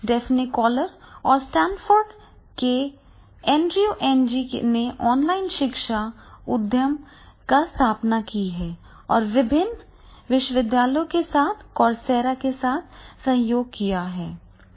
Daphne Koller और Stanford के Andrew Ng ने ऑनलाइन शिक्षा उद्यम की स्थापना की है और विभिन्न विश्वविद्यालयों के साथ कौरसेरा के साथ सहयोग किया है